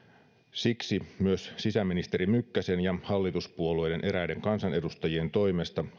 siksi lakiesitystä on myös sisäministeri mykkäsen ja hallituspuolueiden eräiden kansanedustajien toimesta